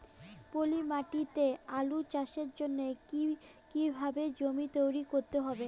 পলি মাটি তে আলু চাষের জন্যে কি কিভাবে জমি তৈরি করতে হয়?